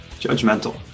Judgmental